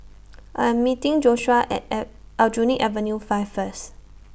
I Am meeting Joshuah At Aljunied Avenue five First